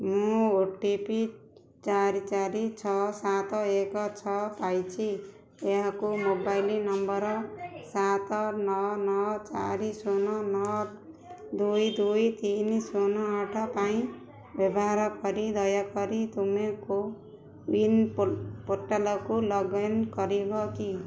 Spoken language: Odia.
ମୁଁ ଓ ଟି ପି ଚାରି ଚାରି ଛଅ ସାତ ଏକ ଛଅ ପାଇଛି ଏହାକୁ ମୋବାଇଲ ନମ୍ବର ସାତ ନଅ ନଅ ଚାରି ଶୂନ ନଅ ଦୁଇ ଦୁଇ ତିନି ଶୂନ ଆଠ ପାଇଁ ବ୍ୟବହାର କରି ଦୟାକରି ତୁମେ କୋୱିନ୍ ପୋର୍ଟାଲକୁ ଲଗ୍ ଇନ୍ କରିବ କି